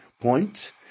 point